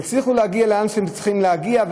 תצליחו להגיע לאן שאתם צריכים להגיע,